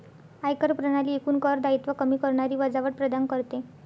आयकर प्रणाली एकूण कर दायित्व कमी करणारी वजावट प्रदान करते